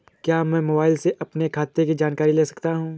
क्या मैं मोबाइल से अपने खाते की जानकारी ले सकता हूँ?